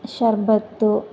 ಶರಬತ್ತು